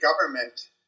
government